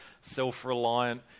self-reliant